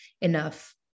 enough